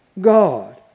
God